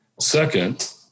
Second